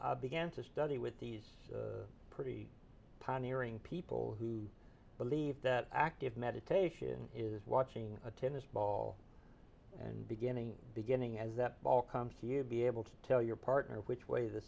this began to study with these pretty pioneering people who believe that active meditation is watching a tennis ball and beginning beginning as that ball comes here be able to tell your partner which way the